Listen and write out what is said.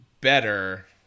better